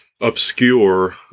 obscure